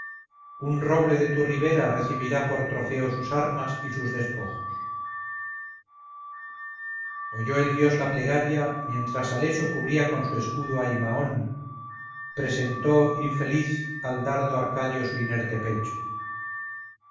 un roble de tu ribera recibirá por trofeo sus armas y sus despojos oyó el dios la plegaria mientras haleso cubría con su escudo a imaón presentó infeliz al dardo arcadio su inerte pecho